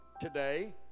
today